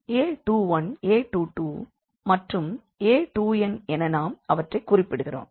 a21 a22 மற்றும் a2n என நாம் அவற்றைக் குறிப்பிடுகிறோம்